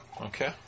Okay